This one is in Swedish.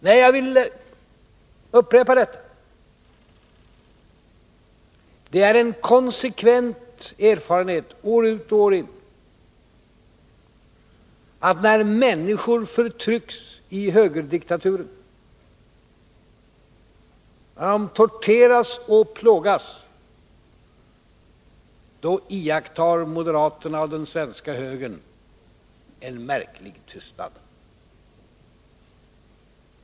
Nej, jag vill upprepa detta: Det är en konsekvent erfarenhet, år ut och år in, att när människor förtrycks i högerdiktaturer, när de torteras och plågas, då iakttar moderaterna och den svenska högern en märklig tystnad.